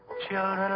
children